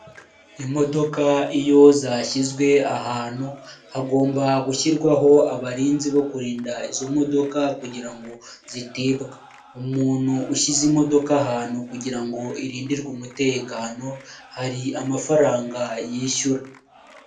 Imodoka iyo zashyizwe ahantu hagomba gushyirwaho abarinzi bo kurinda izo modoka kugira ngo zitibwa, umuntu ushyize imodoka ahantu kugira ngo irindirwe umutekano, hari amafaranga yishyura.